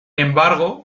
embargo